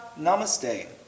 Namaste